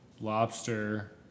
lobster